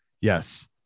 Yes